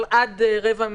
אבל רק עד רבע,